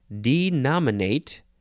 Denominate